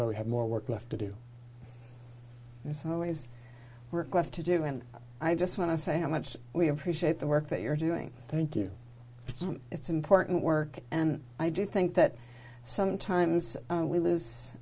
where we have more work left to do there's always work left to do and i just want to say how much we appreciate the work that you're doing thank you it's important work and i do think that sometimes we lose